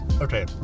okay